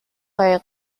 قایق